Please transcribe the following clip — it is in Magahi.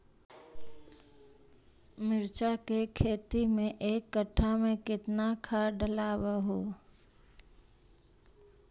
मिरचा के खेती मे एक कटा मे कितना खाद ढालबय हू?